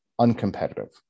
uncompetitive